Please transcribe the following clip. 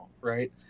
right